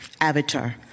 Avatar